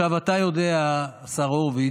עכשיו, אתה יודע, השר הורוביץ,